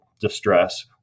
distress